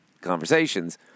conversations